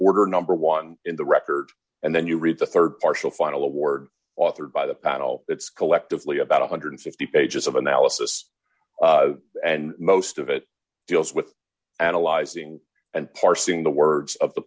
order number one in the record and then you read the rd partial final award authored by the panel that's collectively about one hundred and fifty pages of analysis and most of it deals with analyzing and parsing the words of the